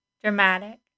dramatic